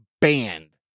banned